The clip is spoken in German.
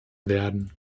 werden